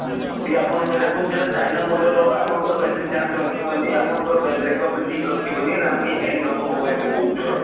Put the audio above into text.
ଆ ଯଦି ଆପଣ ସେଇଟା କୁହନ୍ତି ସେଟା ଚାଇନା ମଡ଼େଲ୍ ହେବ ଆପଣଙ୍କର ବେଟ୍ରି ଚାର୍ଜ ରଖିବନି ଆପଣଙ୍କର ବେକ୍ଅପ୍ ବି ଠିକ୍ ରଖିବନି ରେମ୍ ବି ହ୍ୟାଙ୍ଗ୍ ହେବ ମୋବାଇଲ୍ ବହୁତ ଜୋର୍